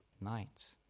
night